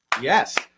Yes